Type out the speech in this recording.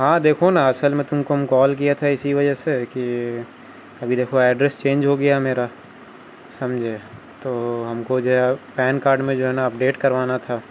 ہاں دیکھو نا اصل میں تم کو ہم کال کیا تھا اسی وجہ سے کہ ابھی دیکھو ایڈریس چینج ہو گیا میرا سمجھے تو ہم کو جو ہے پین کارڈ میں جو ہے نا اپڈیٹ کروانا تھا